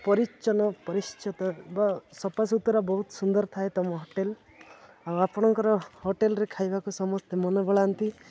ପରିଚ୍ଛନ୍ନ ପରିଛନ୍ନ ବା ସଫାସୁତୁରା ବହୁତ ସୁନ୍ଦର ଥାଏ ତୁମ ହୋଟେଲ ଆଉ ଆପଣଙ୍କର ହୋଟେଲରେ ଖାଇବାକୁ ସମସ୍ତେ ମନେ ବଳାନ୍ତି